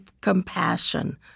compassion